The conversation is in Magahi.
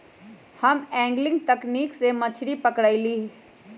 हम एंगलिंग तकनिक से मछरी पकरईली